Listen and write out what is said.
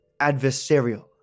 adversarial